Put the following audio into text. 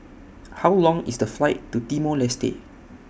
How Long IS The Flight to Timor Leste